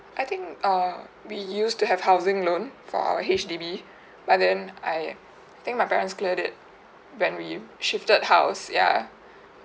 I think err we used to have housing loan for our H_D_B but then I I think my parents cleared it when we shifted house ya